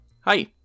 hi